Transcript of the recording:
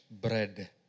bread